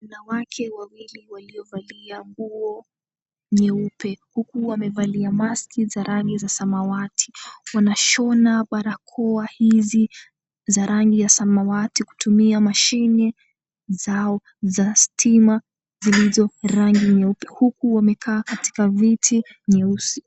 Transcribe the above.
Wanawake wawili waliovalia nguo nyeupe huku wamevalia maski za rangi za samawati 𝑤𝑎nashona barakoa hizi za rangi ya samawati 𝑘utumia mashini zao za stima 𝑧ilizo rangi nyeupe huku wamekaa katika viti nyeusi.